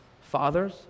Fathers